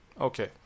Okay